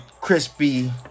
crispy